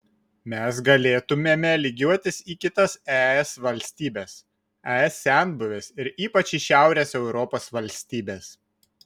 mes galėtumėme lygiuotis į kitas es valstybes es senbuves ir ypač į šiaurės europos valstybes